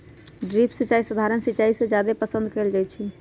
drip सिंचाई सधारण सिंचाई से जादे पसंद कएल जाई छई